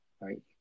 right